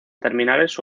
terminales